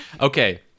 Okay